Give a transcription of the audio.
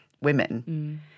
women